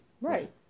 Right